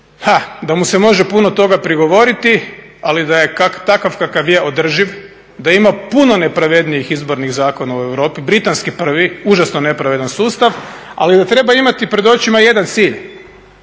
da mu se može puno toga prigovoriti ali da je takav kakav je održiv, da ima puno nepravednijih izbornih zakona u Europi, britanski prvi, užasno nepravedan sustav, ali da treba imati pred očima jedan cilj